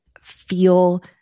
feel